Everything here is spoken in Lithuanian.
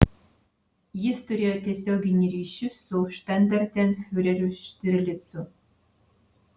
jis turėjo tiesioginį ryšį su štandartenfiureriu štirlicu